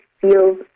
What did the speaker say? feels